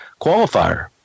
qualifier